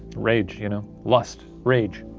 rage, you know? lust, rage.